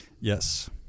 Yes